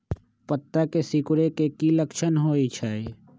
पत्ता के सिकुड़े के की लक्षण होइ छइ?